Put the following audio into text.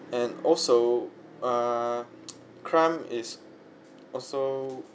and also err crime is also